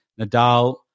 Nadal